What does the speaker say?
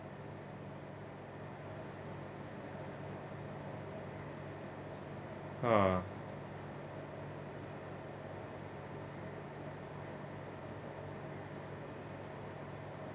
ah